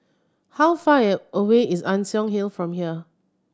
how far is away is Ann Siang Hill from here